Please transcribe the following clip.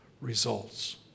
results